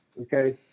okay